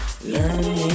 Learning